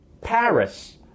Paris